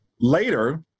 later